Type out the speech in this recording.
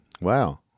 wow